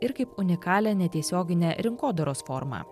ir kaip unikalią netiesioginę rinkodaros formą